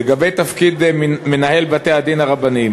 לגבי תפקיד מנהל בתי-הדין הרבניים,